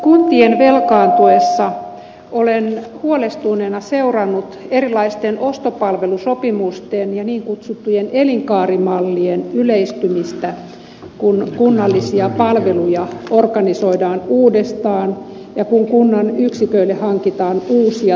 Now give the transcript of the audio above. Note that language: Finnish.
kuntien velkaantuessa olen huolestuneena seurannut erilaisten ostopalvelusopimusten ja niin kutsuttujen elinkaarimallien yleistymistä kun kunnallisia palveluja organisoidaan uudestaan ja kun kunnan yksiköille hankitaan uusia toimitiloja